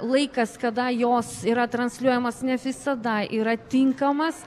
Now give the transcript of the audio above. laikas kada jos yra transliuojamas ne visada yra tinkamas